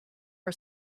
our